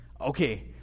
Okay